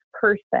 person